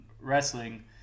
wrestling